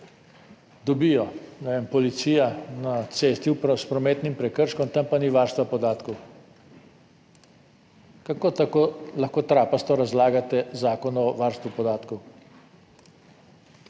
vem, policija na cesti, s prometnim prekrškom, tam pa ni varstva podatkov. Kako tako lahko trapasto razlagate zakon o varstvu podatkov?